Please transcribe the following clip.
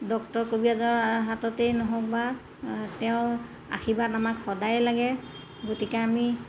doctor কবিৰাজৰ হাততেই নহওক বা তেওঁৰ আশীৰ্বাদ আমাক সদায়েই লাগে গতিকে আমি